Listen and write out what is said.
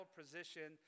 position